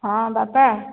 ହଁ ବାପା